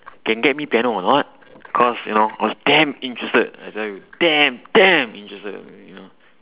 can get me piano or not cause you know I was damn interested I tell you damn damn interested you know